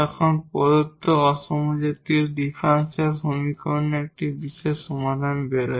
তখন এই প্রদত্ত নন হোমোজিনিয়াস ডিফারেনশিয়াল সমীকরণের একটি বিশেষ সমাধান বেরোয়